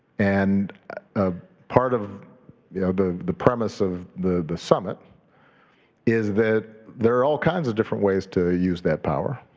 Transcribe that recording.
and a part of yeah the the premise of the the summit is that there are all kinds of different ways to use that power.